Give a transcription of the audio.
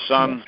Son